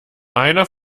einer